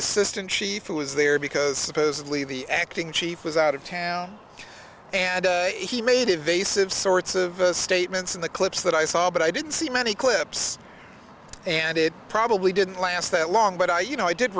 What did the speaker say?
assistant chief who was there because supposedly the acting chief was out of town and he made invasive sorts of statements in the clips that i saw but i didn't see many clips and it probably didn't last that long but i you know i did